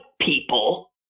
people